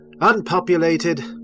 unpopulated